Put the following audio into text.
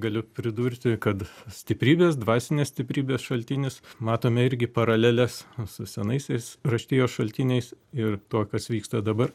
galiu pridurti kad stiprybės dvasinės stiprybės šaltinis matome irgi paraleles su senaisiais raštijos šaltiniais ir tuo kas vyksta dabar